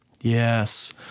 Yes